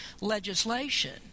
legislation